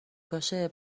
باشه